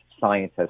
scientists